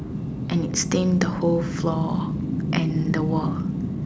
and it stained the whole floor and the wall